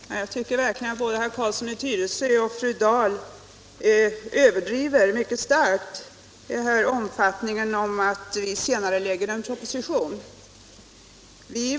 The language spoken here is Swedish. Herr talman! Jag tycker verkligen att både herr Carlsson i Tyresö och fru Dahl starkt överdriver betydelsen av att vi senarelägger propositionen.